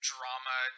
Drama